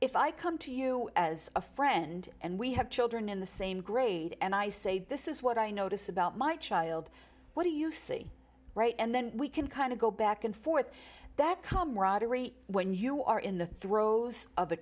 if i come to you as a friend and we have children in the same grade and i say this is what i notice about my child what do you see right and then we can kind of go back and forth that camaraderie when you are in the throes o